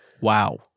Wow